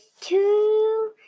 two